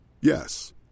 Yes